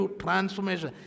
transformation